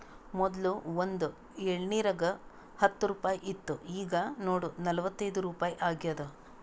ಮೊದ್ಲು ಒಂದ್ ಎಳ್ನೀರಿಗ ಹತ್ತ ರುಪಾಯಿ ಇತ್ತು ಈಗ್ ನೋಡು ನಲ್ವತೈದು ರುಪಾಯಿ ಆಗ್ಯಾದ್